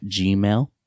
gmail